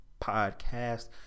podcast